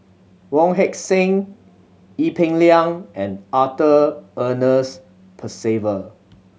Wong Heck Sing Ee Peng Liang and Arthur Ernest Percival